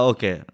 Okay